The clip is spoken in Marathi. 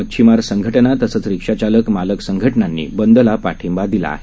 मच्छीमारसंघटनातसचंरिक्षाचालक मालकसंघटनांनीयाबंदलापाठिंबादिलाआहे